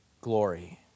glory